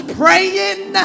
praying